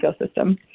ecosystem